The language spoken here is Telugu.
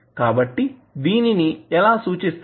కాబట్టి దీనిని ఎలా సూచిస్తారు